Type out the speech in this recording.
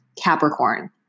Capricorn